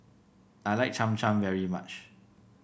I like Cham Cham very much